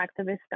activists